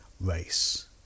race